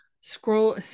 scroll